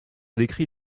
décrit